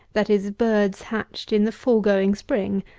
that is, birds hatched in the foregoing spring,